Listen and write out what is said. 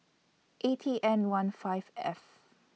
A T N one five F